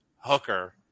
Hooker